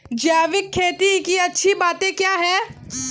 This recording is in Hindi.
जैविक खेती की अच्छी बातें क्या हैं?